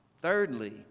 Thirdly